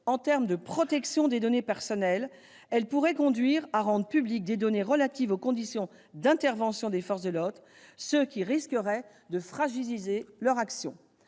en termes de protection des données personnelles, elle pourrait conduire à rendre publiques des données relatives aux conditions d'intervention des forces de l'ordre, ce qui risquerait de fragiliser leur action.